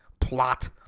plot